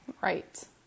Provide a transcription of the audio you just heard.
right